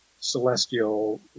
celestial